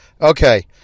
Okay